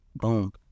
Boom